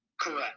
Correct